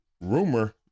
rumor